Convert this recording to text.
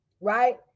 right